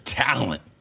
talent